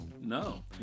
No